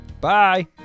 Bye